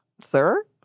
Sir